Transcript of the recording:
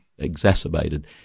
exacerbated